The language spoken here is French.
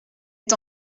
est